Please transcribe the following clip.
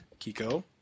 Kiko